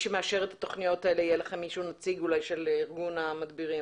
שמי שיאשר את התוכניות האלה יהיה נציג של ארגון המדבירים?